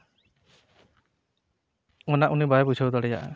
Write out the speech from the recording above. ᱚᱱᱟ ᱩᱱᱤ ᱵᱟᱭ ᱵᱩᱡᱷᱟᱹᱣ ᱫᱟᱲᱮᱭᱟᱜᱼᱟ